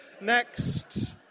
Next